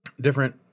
Different